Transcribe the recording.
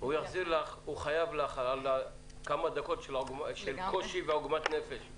הוא חייב לך על כמה דקות של קושי ועוגמת נפש.